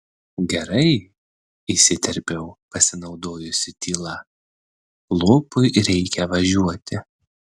gerai įsiterpiau pasinaudojusi tyla lopui reikia važiuoti